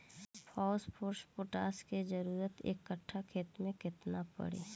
Phosphorus potash के जरूरत एक कट्ठा खेत मे केतना पड़ी?